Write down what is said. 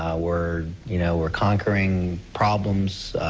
we're you know we're conquering problems,